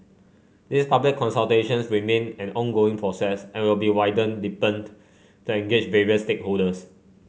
these public consultations remain an ongoing process and will be widened and deepened to engage various stakeholders